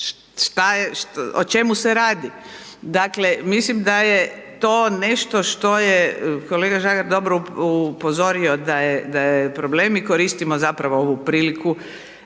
selekcije. O čemu se radi? Dakle mislim da je to nešto što je kolega Žagar dobro upozorio da je problem i koristimo zapravo ovu priliku